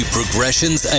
Progressions